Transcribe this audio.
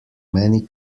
many